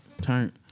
Turn